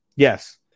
Yes